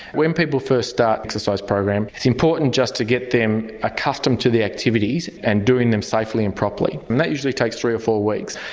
when people first start an exercise program it's important just to get them accustomed to the activities and doing them safely and properly and that usually takes three or four weeks.